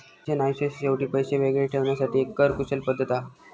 pension आयुष्याच्या शेवटी पैशे वेगळे ठेवण्यासाठी एक कर कुशल पद्धत हा